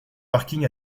parking